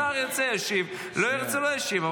השר ירצה, ישיב, לא ירצה, לא ישיב.